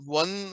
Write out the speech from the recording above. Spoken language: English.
one